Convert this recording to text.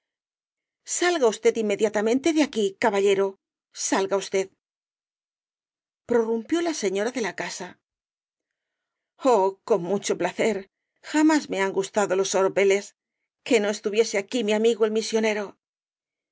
salga usted inmediatamente de aquí caballero salga usted prorrumpió la señora de la casa oh con mucho placer jamás me han gustado los oropeles que no estuviese aquí mi amigo el misionero